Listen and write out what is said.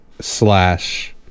Slash